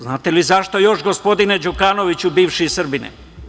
Znate li zašto još, gospodine Đukanoviću, bivši Srbine?